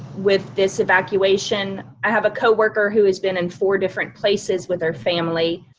with this evacuation, i have a co-worker who has been and four different places with her family,